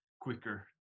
quicker